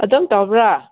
ꯑꯗꯨꯝ ꯇꯧꯕ꯭ꯔꯥ